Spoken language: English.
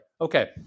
Okay